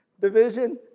division